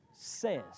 Says